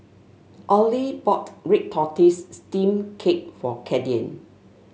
Allie bought Red Tortoise Steamed Cake for Cayden